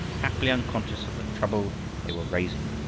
happily unconscious of the trouble they were raising.